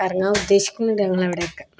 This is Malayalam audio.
കറങ്ങാൻ ഉദ്ദേശിക്കുന്നുണ്ട് ഞങ്ങളവിടെയൊക്കെ